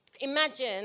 imagine